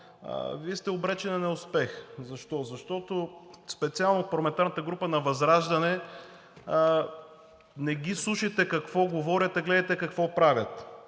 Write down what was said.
Вие сте обречен на неуспех. Защо? Защото специално за парламентарната група на ВЪЗРАЖДАНЕ – не ги слушайте какво говорят, а гледайте какво правят.